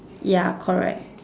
ya correct